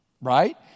Right